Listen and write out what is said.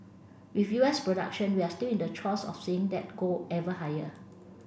with U S production we're still in the throes of seeing that go ever higher